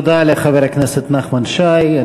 תודה לחבר הכנסת נחמן שי.